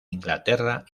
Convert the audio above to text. inglaterra